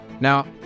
Now